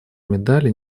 медали